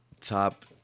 top